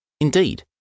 Indeed